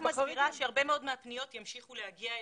אז אני רק מסביר שהרבה מאוד מהפניות ימשיכו להגיע אלינו.